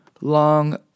Long